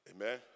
Amen